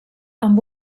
amb